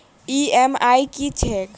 EMI की छैक?